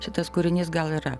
šitas kūrinys gal yra